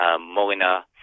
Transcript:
Molina